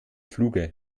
fluge